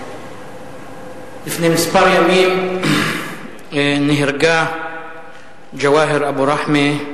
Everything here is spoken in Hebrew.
לפני כמה ימים נהרגה ג'והאר אבו רחמה,